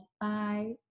Bye